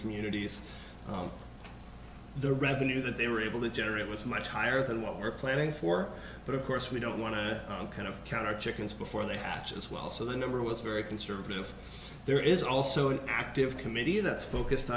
communities the revenue that they were able to generate was much higher than what we're planning for but of course we don't want to kind of count our chickens before they hatch as well so the number was very conservative there is also an active committee that's focused